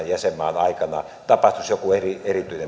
jäsenmaan aikana tapahtuisi joku erityinen muutos